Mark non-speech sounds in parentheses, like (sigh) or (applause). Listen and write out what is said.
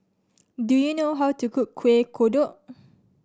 do you know how to cook Kueh Kodok (noise)